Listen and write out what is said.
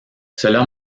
cela